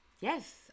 yes